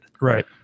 Right